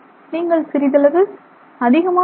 நீங்கள் சிறிதளவு அதிகமான ஆர்